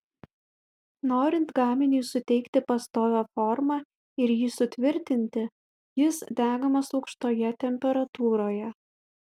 norint gaminiui suteikti pastovią formą ir jį sutvirtinti jis degamas aukštoje temperatūroje